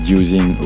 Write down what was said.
using